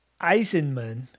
Eisenman